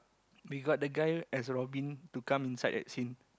we got the guy as robin to come inside that scene